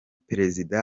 perezida